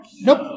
Nope